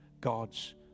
God's